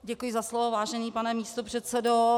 Děkuji za slovo, vážený pane místopředsedo.